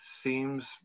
seems